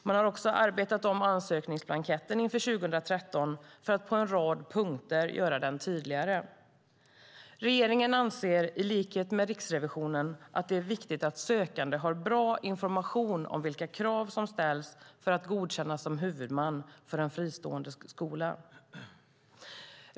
Man har också arbetat om ansökningsblanketten inför 2013 för att på en rad punkter göra den tydligare. Regeringen anser i likhet med Riksrevisionen att det är viktigt att sökande har bra information om vilka krav som ställs för att godkännas som huvudman för en fristående skola.